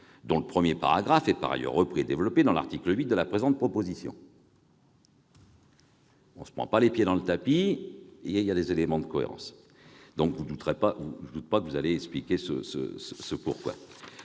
dont le I est par ailleurs repris et développé dans l'article 8 de la présente proposition de loi ... On ne se prend pas les pieds dans le tapis : il y a des éléments de cohérence ! Je ne doute pas que vous allez expliquer pourquoi.